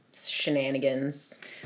shenanigans